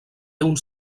uns